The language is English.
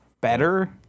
better